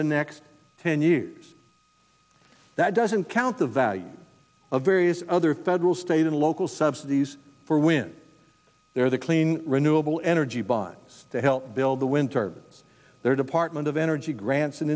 the next ten years that doesn't count the value of various other federal state and local subsidies for when they're the clean renewable energy bonds to help build the winter their department of energy gran